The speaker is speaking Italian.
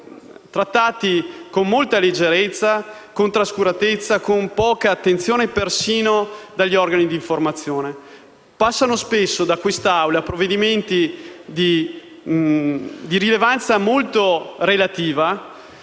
trattati con molta leggerezza, trascuratezza, e poca attenzione persino dagli organi di informazione. Passano spesso da quest'Aula provvedimenti di rilevanza molto relativa